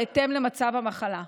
בהתאם למצב המחלה.